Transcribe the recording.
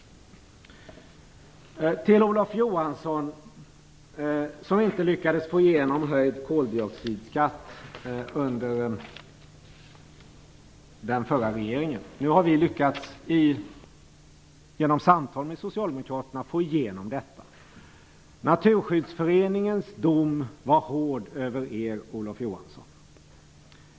Olof Johansson lyckades inte få igenom en höjning av koldioxidskatten under den förra regeringens tid. Nu har vi genom samtal med Socialdemokraterna lyckats få igenom detta. Naturskyddsföreningens dom var hård över er, Olof Johansson.